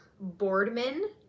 Boardman